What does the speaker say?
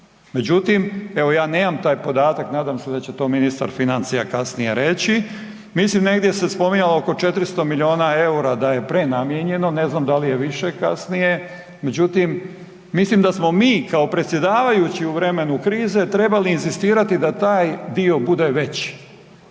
Međutim, evo ja nemam taj podatak nadam se da će to ministar financija kasnije reći, mislim negdje se spominjalo oko 400 miliona EUR-a da je prenamijenjeno, ne znam da li je više kasnije, međutim da smo mi kao predsjedavajući u vrijeme krize trebali inzistirati da taj dio bude veći,